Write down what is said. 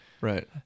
Right